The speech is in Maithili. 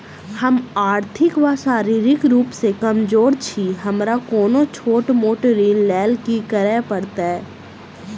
हम आर्थिक व शारीरिक रूप सँ कमजोर छी हमरा कोनों छोट मोट ऋण लैल की करै पड़तै?